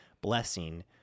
blessing